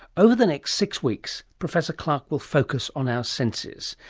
over the next six weeks professor clark will focus on our senses,